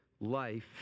life